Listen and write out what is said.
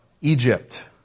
Egypt